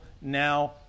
now